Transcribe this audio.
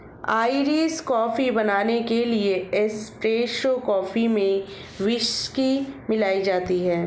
Irish coffee बनाने के लिए एस्प्रेसो कॉफी में व्हिस्की मिलाई जाती है